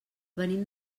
venim